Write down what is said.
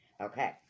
Okay